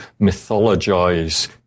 mythologize